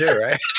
right